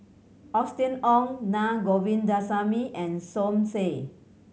Austen Ong Na Govindasamy and Som Said